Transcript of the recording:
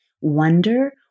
wonder